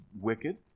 wicked